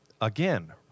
Again